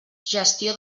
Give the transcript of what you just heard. gestió